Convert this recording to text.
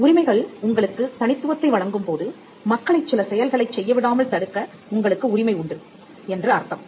உரிமைகள் உங்களுக்கு தனித்துவத்தை வழங்கும்போது மக்களைச் சில செயல்களைச் செய்ய விடாமல் தடுக்க உங்களுக்கு உரிமை உண்டு என்று அர்த்தம்